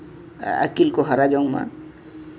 ᱟᱹᱠᱤᱞ ᱠᱚ ᱦᱟᱨᱟ ᱡᱚᱝ ᱢᱟ